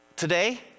Today